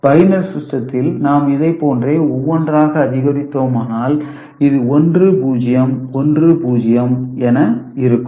binary சிஸ்டத்தில் நாம் இதைப் போன்றே ஒன்றொன்றாக அதிகரித்தோமானால் இது 1 0 1 0 என இருக்கும்